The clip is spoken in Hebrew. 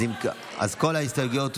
כן, כל ההסתייגויות.